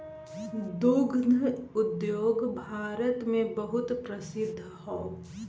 दुग्ध उद्योग भारत मे बहुते प्रसिद्ध हौ